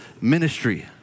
ministry